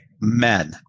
men